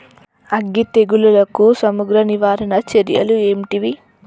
అగ్గి తెగులుకు సమగ్ర నివారణ చర్యలు ఏంటివి?